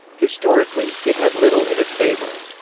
historically, it had little in its favour.